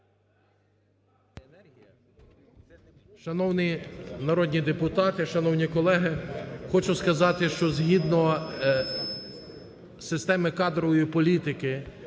Шановні народні депутати, шановні колеги, хочу сказати, що згідно системи кадрової політики,